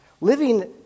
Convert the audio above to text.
living